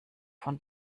von